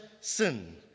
sin